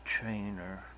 trainer